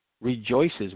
rejoices